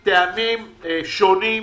מכרזים מטעמים שונים.